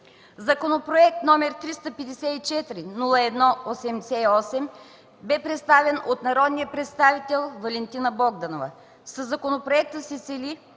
Законопроект № 354-01-88 бе представен от народния представител Валентина Богданова. Със законопроекта се цели